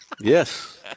Yes